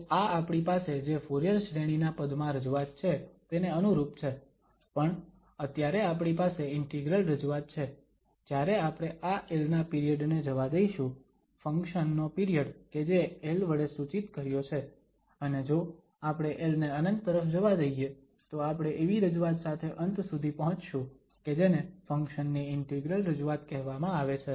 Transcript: તો આ આપણી પાસે જે ફુરીયર શ્રેણી ના પદમાં રજૂઆત છે તેને અનુરૂપ છે પણ અત્યારે આપણી પાસે ઇન્ટિગ્રલ રજૂઆત છે જ્યારે આપણે આ l ના પિરિયડ ને જવા દઈશું ફંક્શન નો પિરિયડ કે જે l વડે સૂચિત કર્યો છે અને જો આપણે l ને ∞ તરફ જવા દઈએ તો આપણે એવી રજૂઆત સાથે અંત સુધી પહોંચશું કે જેને ફંક્શન ની ઇન્ટિગ્રલ રજૂઆત કહેવામાં આવે છે